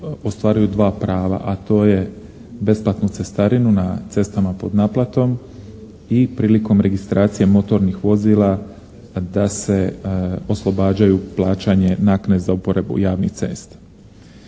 ostvaruju dva prava, a to je besplatnu cestarinu na cestama pod naplatom i prilikom registracije motornih vozila da se oslobađaju plaćanje naknade za uporabu javnih cesta.